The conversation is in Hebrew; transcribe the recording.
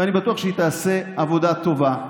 ואני בטוח שהיא תעשה עבודה טובה.